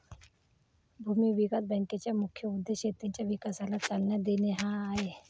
भूमी विकास बँकेचा मुख्य उद्देश शेतीच्या विकासाला चालना देणे हा आहे